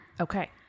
Okay